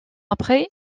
après